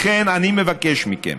לכן אני מבקש מכם,